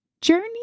journey